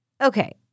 Okay